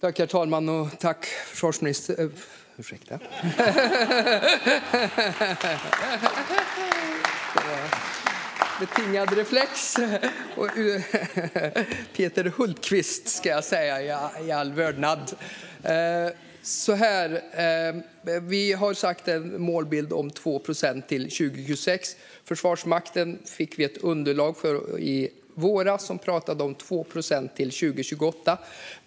Herr talman! Jag tackar försvarsministern - nej, ursäkta! Det var en betingad reflex. Jag tackar i all vördnad Peter Hultqvist för frågan. Vi har sagt att målbilden är 2 procent till 2026. I våras fick vi ett underlag från Försvarsmakten. Där pratade man om 2 procent till 2028.